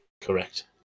Correct